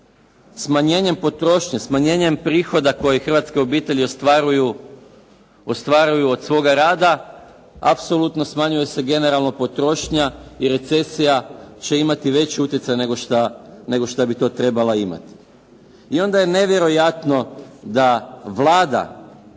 smanjenjem potrošnje, smanjenjem prihoda koje hrvatske obitelji ostvaruju od svoga rada apsolutno smanjuje se generalno potrošnja i recesija će imati veći utjecaj nego šta bi to trebala imati. I onda je nevjerojatno da Vlada